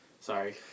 Sorry